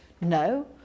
No